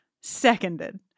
seconded